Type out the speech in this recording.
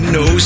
no